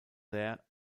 there